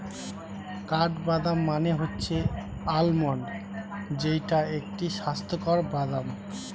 কাঠবাদাম মানে হচ্ছে আলমন্ড যেইটা একটি স্বাস্থ্যকর বাদাম